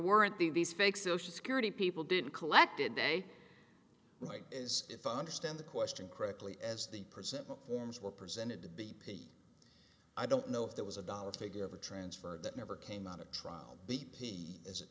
weren't these fake social security people didn't collected day like as if i understand the question correctly as the person forms were presented to b p i don't know if there was a dollar figure ever transferred that never came out at trial b p as it